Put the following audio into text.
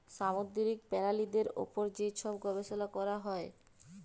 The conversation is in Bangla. সামুদ্দিরিক পেরালিদের উপর যে ছব গবেষলা ক্যরা হ্যয়